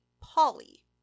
Polly